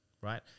right